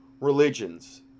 religions